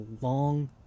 long